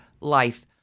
life